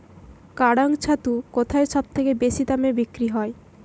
কাড়াং ছাতু কোথায় সবথেকে বেশি দামে বিক্রি হয়?